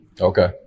Okay